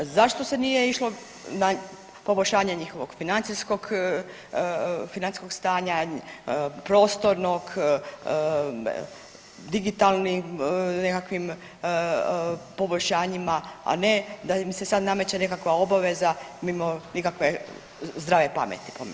Zašto se nije išlo na poboljšanje njihovog financijskog, financijskog stanja, prostornog, digitalnim nekakvim poboljšanjima, a ne da im se sad nameće nekakva obaveza mimo nikakve zdrave pameti po meni.